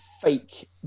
fake